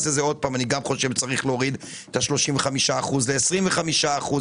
לזה שוב ואני גם חושב שצריך להוריד את ה-35 אחוזים ל-25 אחוזים,